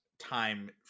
time